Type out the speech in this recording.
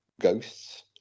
ghosts